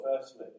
firstly